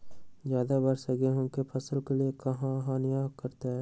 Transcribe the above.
ज्यादा वर्षा गेंहू के फसल के हानियों करतै?